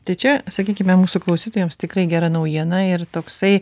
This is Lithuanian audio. tai čia sakykime mūsų klausytojams tikrai gera naujiena ir toksai